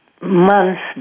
months